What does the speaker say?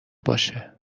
باشه